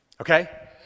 Okay